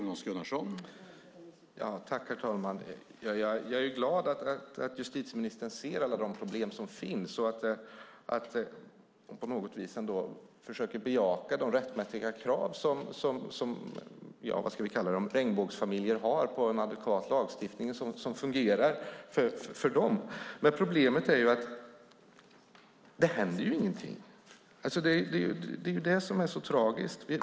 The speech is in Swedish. Herr talman! Jag är glad att justitieministern ser alla problem som finns och på något vis försöker bejaka de rättmätiga krav som regnbågsfamiljer har på en adekvat lagstiftning som fungerar för dem. Men problemet är att det inte händer något, och det är tragiskt.